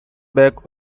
back